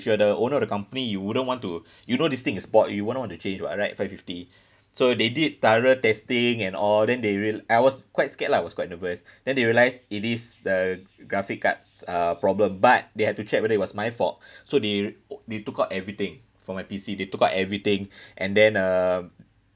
if you're the owner of the company you wouldn't want to you know this thing is bought you won't want to change too ah right five fifty so they did thorough testing and all then they rea~ I was quite scared lah I was quite nervous then they realise it is the graphic card's uh problem but they have to check whether it was my fault so they they took out everything from my P_C they took out everything and then uh